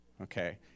Okay